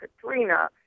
Katrina